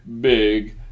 big